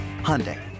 Hyundai